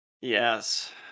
yes